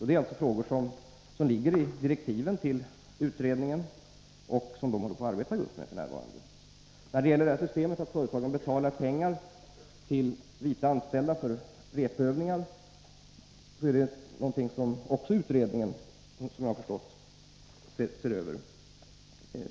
Detta är alltså frågor som finns med i direktiven till utredningen. Man arbetar alltså f. n. med frågorna. ningar är också någonting som utredningen, såvitt jag förstår, ser över.